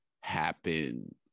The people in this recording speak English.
happen